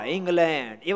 England